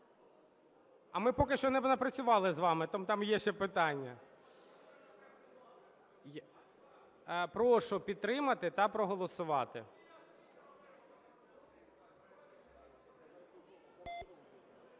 А ми поки що не напрацювали з вами, там є ще питання. Прошу підтримати та проголосувати.